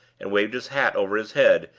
and waved his hat over his head,